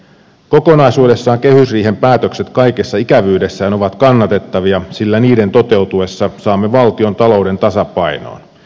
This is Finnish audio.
kokonaisuudessaan kehysriihen päätökset kaikessa ikävyydessään ovat kannatettavia sillä niiden toteutuessa saamme valtiontalouden tasapainoon